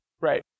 Right